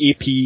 AP